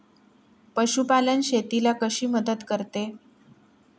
पशुपालन शेतीला कशी मदत करते?